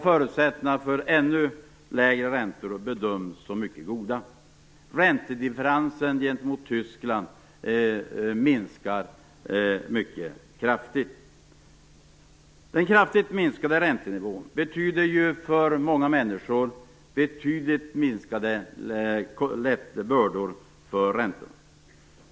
Förutsättningarna för ännu lägre räntor bedöms som mycket goda. Räntedifferensen gentemot Tyskland minskar mycket kraftigt. Den kraftigt minskade räntenivån innebär för många människor betydligt minskade bördor.